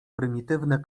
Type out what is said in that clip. prymitywne